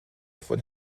von